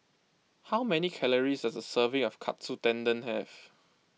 how many calories does a serving of Katsu Tendon have